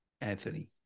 Anthony